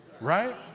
Right